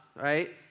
right